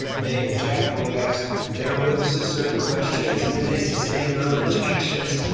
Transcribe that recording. they object when we ask their witnesses certain questions and then they sustain their own objections.